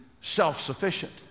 self-sufficient